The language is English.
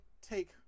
take